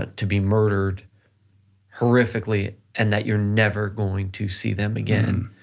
ah to be murdered horrifically, and that you're never going to see them again.